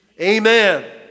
Amen